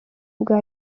bwa